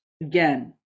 again